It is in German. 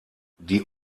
die